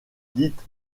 dite